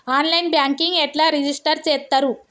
On line banking ఎట్లా register చేత్తరు?